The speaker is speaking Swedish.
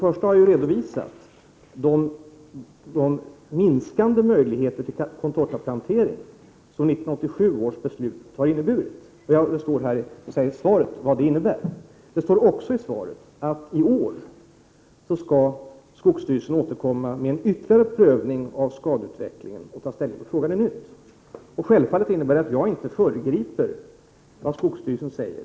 Först och främst vill jag då säga att jag har redovisat att 1987 års beslut har inneburit minskade möjligheter för inplantering av contortan. Det står i svaret vad det innebär. Vidare står det i svaret att skogsstyrelsen skall göra ytterligare en prövning av skadeutvecklingen. Dessutom skall skogsstyrelsen på nytt ta ställning till frågan. Självfallet innebär detta att jag inte vill föregripa skogsstyrelsens åtgärder.